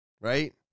right